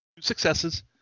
successes